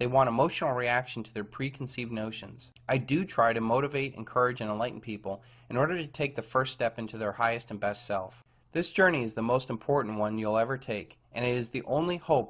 they want to motion reaction to their preconceived notions i do try to motivate encourage and like people in order to take the first step into their highest and best self this journey is the most important one you'll ever take and it is the only hope